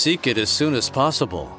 seek it as soon as possible